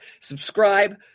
Subscribe